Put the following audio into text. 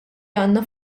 għandna